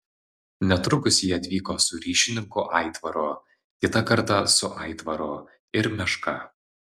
netrukus ji atvyko su ryšininku aitvaru kitą kartą su aitvaru ir meška